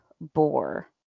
boar